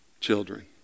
children